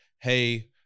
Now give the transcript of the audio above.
Hey